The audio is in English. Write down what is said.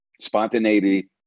spontaneity